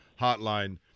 hotline